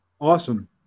Awesome